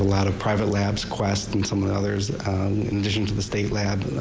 lot of private labs, quest and some of the others in addition to the state lab.